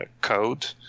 code